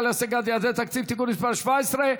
להשגת יעדי התקציב) (תיקון מס' 17),